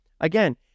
again-